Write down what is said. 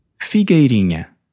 Figueirinha